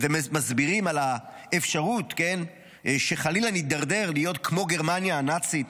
ומסבירים על האפשרות שחלילה נידרדר להיות כמו גרמניה הנאצית.